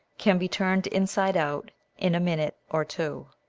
can be turned inside out in a minute or two.